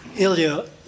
Ilya